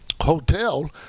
hotel